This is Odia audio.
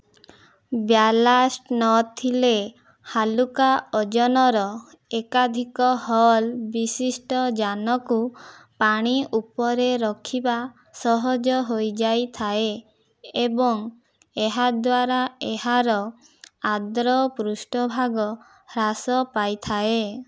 ବ୍ୟାଲାଷ୍ଟ ନଥିଲେ ହାଲୁକା ଓଜନର ଏକାଧିକ ହଲ୍ ବିଶିଷ୍ଟ ଯାନକୁ ପାଣି ଉପରେ ରଖିବା ସହଜ ହୋଇଯାଇ ଥାଏ ଏବଂ ଏହାଦ୍ୱାରା ଏହାର ଆର୍ଦ୍ର ପୃଷ୍ଠଭାଗ ହ୍ରାସ ପାଇଥାଏ